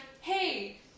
hey